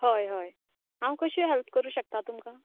हय हय हांव कशी हॅल्प करूंक शकतां तुमकां